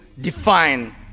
define